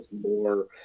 more